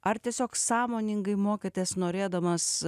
ar tiesiog sąmoningai mokotės norėdamas